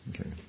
Okay